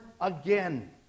again